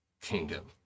kingdom